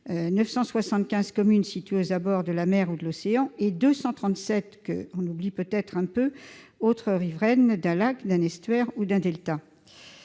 975 communes situées aux abords de la mer ou de l'océan, et 237 autres communes, que l'on oublie peut-être un peu, riveraines d'un lac, d'un estuaire ou d'un delta.